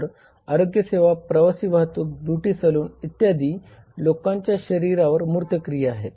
तर आरोग्यसेवा प्रवासी वाहतूक ब्युटी सलून इत्यादी लोकांच्या शरीरावर मूर्त क्रिया आहेत